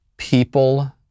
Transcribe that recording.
people